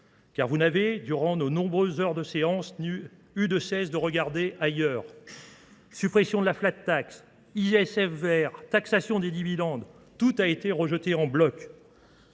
car vous n'avez, durant nos nombreuses heures de séance, eu de cesse de regarder ailleurs. Suppression de la flat tax, ISF vert, taxation des dividendes, tout a été rejeté en bloc.